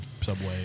Subway